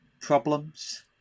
problems